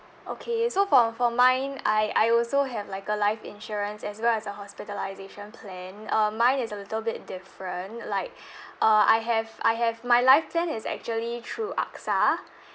okay so for for mine I I also have like a life insurance as well as a hospitalisation plan um mine is a little bit different like uh I have I have my life plan is actually through AXA